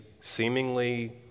seemingly